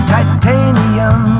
Titanium